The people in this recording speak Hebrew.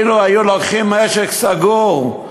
אם היו עושים משק סגור,